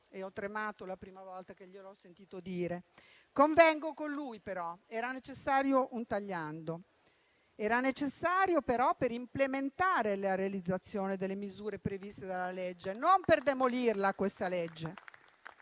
ho tremato la prima volta che gliel'ho sentito dire. Convengo con lui, però: era necessario un tagliando. Tuttavia era necessario per implementare la realizzazione delle misure previste dalla legge, non per demolirla.